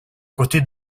côté